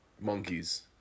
monkeys